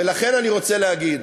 ולכן אני רוצה להגיד,